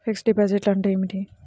Fixed డిపాజిట్లు అంటే ఏమిటి?